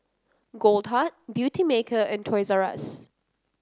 Goldheart Beautymaker and Toys R Us